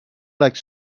like